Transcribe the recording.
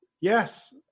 Yes